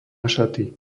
šaty